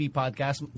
podcast